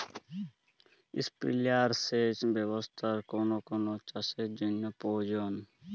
Sprinkler সেচ ব্যবস্থার কোন কোন চাষের জন্য প্রযোজ্য?